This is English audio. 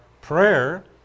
prayer